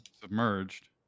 submerged